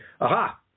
Aha